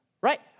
right